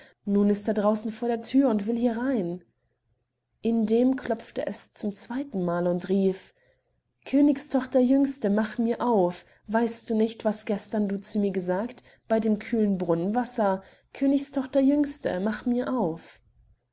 nun ist er draußen vor der thür und will herein indem klopfte es zum zweitenmal und rief königstochter jüngste mach mir auf weiß du nicht was gestern du zu mir gesagt bei dem kühlen brunnenwasser königstochter jüngste mach mir auf